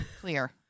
Clear